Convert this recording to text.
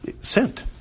sent